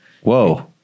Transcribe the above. whoa